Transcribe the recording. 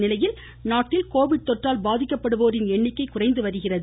இந்நிலையில் நாட்டில் கோவிட் தொற்றால் பாதிக்கப்படுவோரின் எண்ணிக்கை குறைந்து வருகிறது